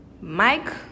Mike